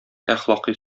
әхлакый